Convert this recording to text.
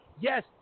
Yes